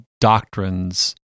doctrines